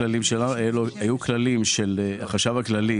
היו כללים של החשב הכללי,